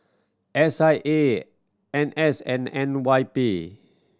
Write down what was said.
S I A N S and N Y P